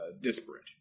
disparate